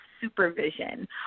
supervision